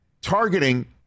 Targeting